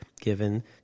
given